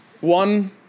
one